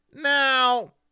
Now